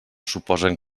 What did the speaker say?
suposen